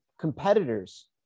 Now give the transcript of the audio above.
competitors